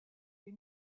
les